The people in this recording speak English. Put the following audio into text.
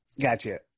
Gotcha